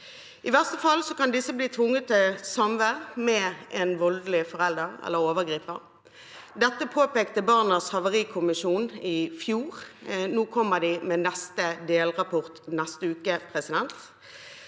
I verste fall kan disse bli tvunget til samvær med en voldelig forelder eller overgriper. Dette påpekte Barnas Havarikommisjon i fjor. Nå kommer de med neste delrapport neste uke. For ca.